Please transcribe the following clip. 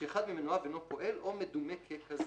כשאחד ממנועיו אינו פועל או מדומה ככזה".